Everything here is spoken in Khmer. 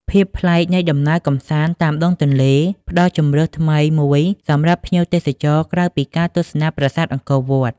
ភាពប្លែកនៃដំណើរកម្សាន្តតាមដងទន្លេ ផ្តល់ជម្រើសថ្មីមួយសម្រាប់ភ្ញៀវទេសចរក្រៅពីការទស្សនាប្រាសាទអង្គរវត្ត។